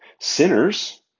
Sinners